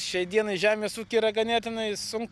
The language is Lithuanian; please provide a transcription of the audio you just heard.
šiai dienai žemės ūky yra ganėtinai sunku